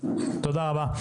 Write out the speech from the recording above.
תודה רבה.